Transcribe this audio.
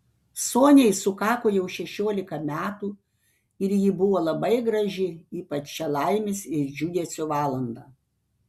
soniai sukako jau šešiolika metų ir ji buvo labai graži ypač šią laimės ir džiugesio valandą